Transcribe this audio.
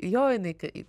jo jinai kai